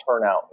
turnout